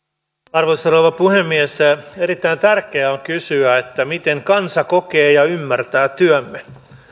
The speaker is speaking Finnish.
arvoisa rouva puhemies erittäin tärkeää on kysyä miten kansa kokee ja ymmärtää työmme